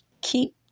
Keep